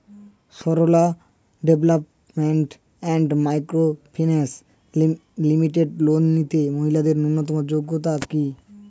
Sarala development and micro finance limited loan নিতে মহিলাদের ন্যূনতম যোগ্যতা কী?